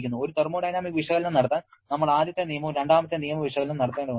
ഒരു തെർമോഡൈനാമിക് വിശകലനം നടത്താൻ നമ്മൾ ആദ്യത്തെ നിയമവും രണ്ടാമത്തെ നിയമ വിശകലനവും നടത്തേണ്ടതുണ്ട്